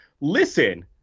listen